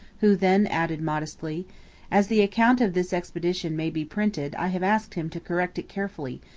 who then added modestly as the account of this expedition may be printed i have asked him to correct it carefully,